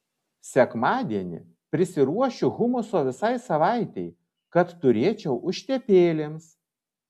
sekmadienį prisiruošiu humuso visai savaitei kad turėčiau užtepėlėms